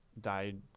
died